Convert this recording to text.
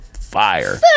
fire